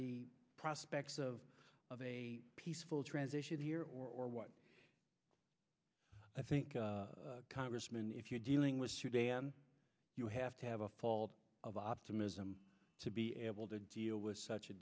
the prospects of of a peaceful transition here or what i think congressman if you're dealing with sudan you have to have a fall of optimism to be able to deal with such a